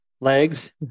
legs